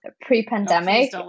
pre-pandemic